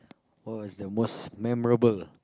what was the most memorable